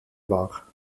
war